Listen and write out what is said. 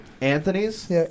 Anthony's